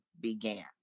began